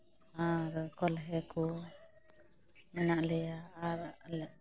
ᱟᱨ ᱠᱚᱞᱦᱮ ᱠᱚ ᱢᱮᱱᱟᱜ ᱞᱮᱭᱟ ᱟᱨ ᱟᱞᱮ